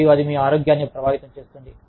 మరియు అది మీ ఆరోగ్యాన్ని ప్రభావితం చేస్తుంది